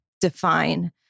define